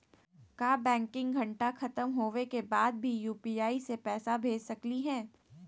का बैंकिंग घंटा खत्म होवे के बाद भी यू.पी.आई से पैसा भेज सकली हे?